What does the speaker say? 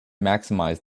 maximize